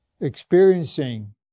experiencing